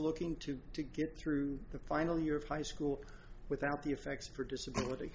looking to go to get through the final year of high school without the effects of her disability